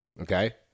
Okay